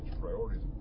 priorities